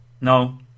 No